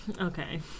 Okay